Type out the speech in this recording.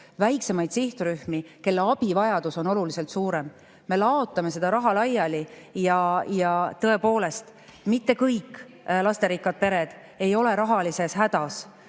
väiksemaid sihtrühmi, kelle abivajadus on oluliselt suurem. Me laotame seda raha laiali ja tõepoolest, mitte kõik lasterikkad pered ei ole rahahädas.